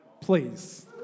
Please